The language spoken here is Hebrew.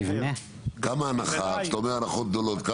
כמה הנחה כשאתה אומר הנחות גדולות?